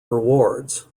rewards